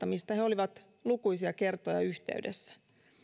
mistä he olivat lukuisia kertoja yhteydessä